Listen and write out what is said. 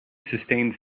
sustained